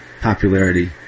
popularity